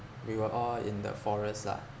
we were all in the forest lah